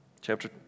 chapter